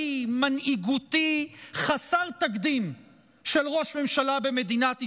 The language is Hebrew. מנהיגותי חסר תקדים של ראש ממשלה במדינת ישראל,